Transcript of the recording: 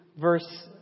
verse